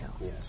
yes